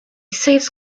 saves